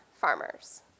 farmers